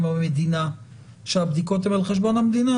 המדינה שהבדיקות הם על חשבון המדינה,